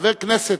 חבר כנסת,